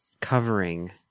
covering